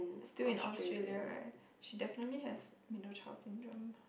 still in Australia right she definitely has middle child syndrome